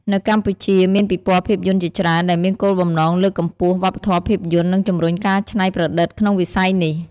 នៅកម្ពុជា មានពិព័រណ៍ភាពយន្តជាច្រើនដែលមានគោលបំណងលើកកម្ពស់វប្បធម៌ភាពយន្ត និងជំរុញការច្នៃប្រឌិតក្នុងវិស័យនេះ។